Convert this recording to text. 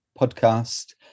Podcast